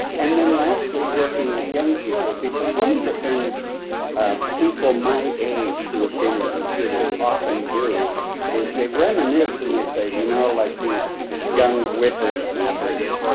and then lastly, working with young people because one of the things ah people my age who have been in computers often do is they reminisce and they say, you know, like these young whippersnappers